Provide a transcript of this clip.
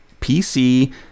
PC